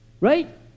right